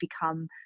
become